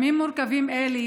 בימים מורכבים אלה,